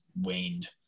Waned